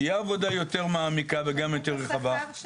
תהיה עבודה יותר מעמיקה וגם יותר רחבה.